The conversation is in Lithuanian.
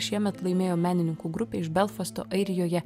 šiemet laimėjo menininkų grupė iš belfasto airijoje